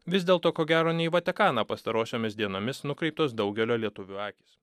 vis dėlto ko gero ne į vatikaną pastarosiomis dienomis nukreiptos daugelio lietuvių akys